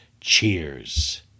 Cheers